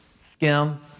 skim